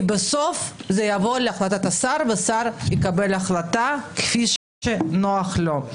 בסוף זה יבוא להחלטת השר והשר יקבל החלטה כפי שנוח לו.